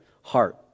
heart